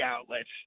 outlets